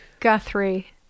Guthrie